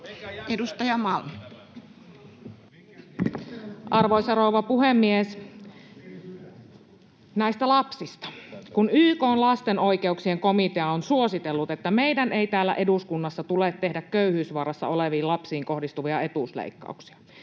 Edustaja Malm. Arvoisa rouva puhemies! Näistä lapsista: Kun YK:n lasten oikeuksien komitea on suositellut, että meidän ei täällä eduskunnassa tule tehdä köyhyysvaarassa oleviin lapsiin kohdistuvia etuusleikkauksia,